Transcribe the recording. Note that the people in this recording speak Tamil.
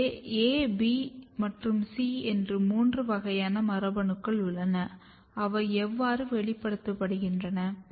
எனவே A B மற்றும் C என்று மூன்று வகையான மரபணுக்கள் உள்ளன அவை எவ்வாறு வெளிப்படுத்துகின்றன